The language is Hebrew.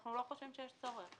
אנחנו לא חושבים שיש צורך.